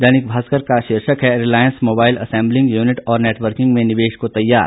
दैनिक भास्कर का शीर्षक है रिलायंस मोबाइल असेंबलिंग यूनिट और नेटवर्किंग में निवेश को तैयार